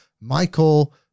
Michael